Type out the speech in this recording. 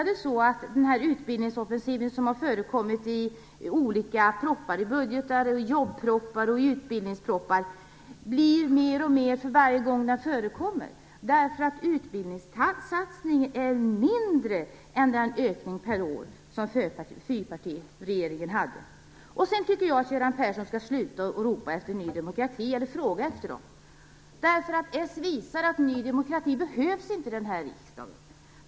Den utbildningsoffensiv som har förekommit i olika propositioner och budgetar låter som mer och mer för varje gång, trots att denna utbildningssatsning är mindre än den ökning per år som fyrpartiregeringen genomförde. Sedan tycker jag att Göran Persson skall sluta att fråga efter Ny demokrati. Socialdemokraterna visar att Ny demokrati inte behövs i den här riksdagen.